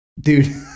Dude